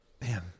man